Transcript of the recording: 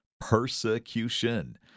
Persecution